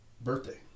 birthday